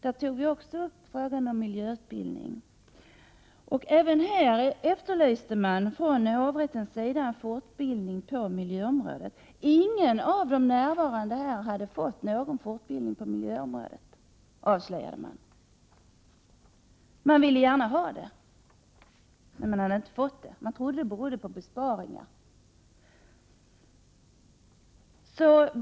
Där togs också frågan om miljöutbildning upp. Även här efterlyste man från hovrättens sida fortbildning på miljöområdet. Ingen av de närvarande där hade fått någon fortbildning på miljöområdet, avslöjade man. Man ville gärna ha det, men man hade inte fått det. Man trodde att det berodde på besparingar.